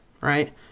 right